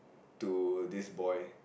to this boy